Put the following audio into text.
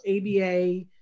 ABA